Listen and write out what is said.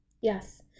Yes